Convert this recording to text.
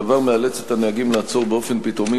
הדבר מאלץ את הנהגים לעצור באופן פתאומי